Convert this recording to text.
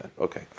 Okay